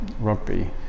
Rugby